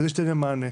כדי שניתן להם מענה.